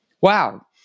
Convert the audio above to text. Wow